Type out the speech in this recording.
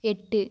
எட்டு